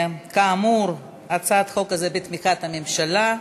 כאמור, הצעת החוק הזאת היא בתמיכת הממשלה,